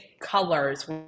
colors